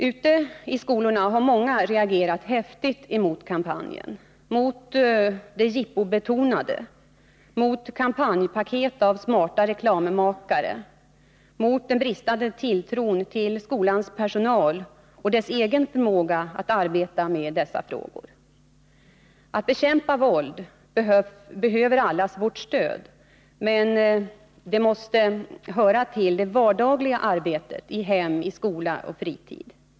Ute i skolorna har många reagerat häftigt emot kampanjen, mot det jippobetonade, mot kampanjpaket av smarta reklammakare, mot den bristande tilltron till skolans personal och dess egen förmåga att arbeta med dessa frågor. För att bekämpa våld behövs allas vårt stöd, men det måste höra till det vardagliga arbetet i hem, i skola och på fritid.